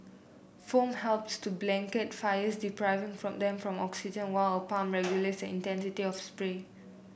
foam helps to blanket fires depriving from them of oxygen while a pump regulates intensity of spray